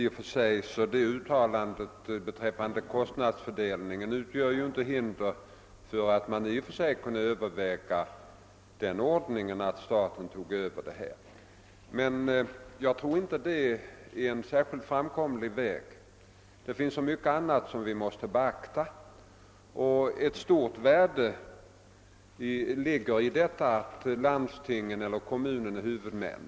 Herr talman! Uttalandet beträffande kostnadsfördelningen utgör inte hinder för att man i och för sig kunde över väga den ordningen att staten övertog huvudmannaskapet, men jag tror inte att det är en särskilt framkomlig väg. Det finns så mycket annat som vi måste beakta, och ett stort värde ligger i detta att landstingen eller kommunerna är huvudmän.